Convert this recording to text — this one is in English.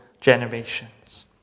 generations